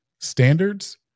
Standards